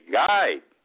guide